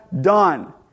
done